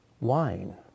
wine